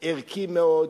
ערכי מאוד,